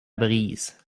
brise